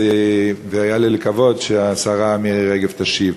יהיה לי לכבוד שהשרה מירי רגב תשיב.